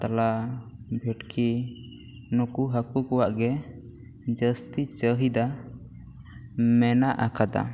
ᱠᱟᱛᱞᱟ ᱵᱷᱮᱴᱠᱤ ᱱᱩᱠᱩ ᱦᱟᱹᱠᱩ ᱠᱚᱣᱟᱜ ᱜᱮ ᱡᱟᱹᱥᱛᱤ ᱪᱟᱹᱦᱤᱫᱟ ᱢᱮᱱᱟᱜ ᱟᱠᱟᱫᱟ